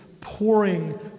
Pouring